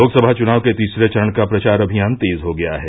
लोकसभा चुनाव के तीसरे चरण का प्रचार अभियान तेज हो गया है